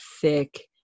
thick